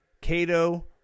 Cato